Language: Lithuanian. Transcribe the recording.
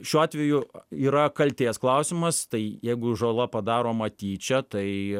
šiuo atveju yra kaltės klausimas tai jeigu žala padaroma tyčia tai